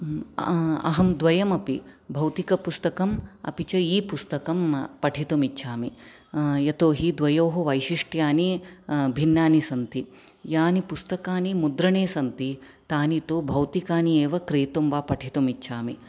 अहं द्वयमपि भौतिकपुस्तकम् अपि च ई पुस्तकं पठितुम् इच्छामि यतोहि द्वयोः वैशिष्ट्यानि भिन्नानि सन्ति यानि पुस्तकानि मुद्रणे सन्ति तानि तु भौतिकानि एव क्रेतुं वा पठितुम् इच्छामि